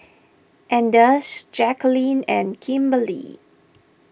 anders Jackeline and Kimberly